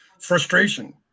frustration